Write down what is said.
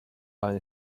line